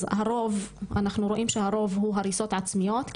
אז אנחנו רואים שהרוב הוא הריסות עצמיות,